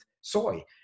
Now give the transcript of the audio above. soy